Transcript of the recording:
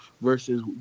versus